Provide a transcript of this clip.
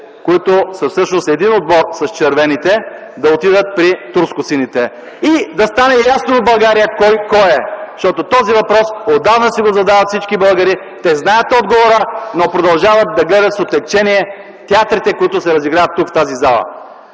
които са всъщност един отбор с червените, да отидат при турскосините и да стане ясно в България кой кой е, защото този въпрос отдавна си го задават всички българи. Те знаят отговора, но продължават да гледат с отегчение театрите, които се разиграват тук, в тази зала.